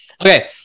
okay